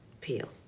peel